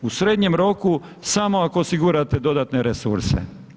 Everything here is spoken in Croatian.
U srednjem roku samo ako osigurate dodatne resurse.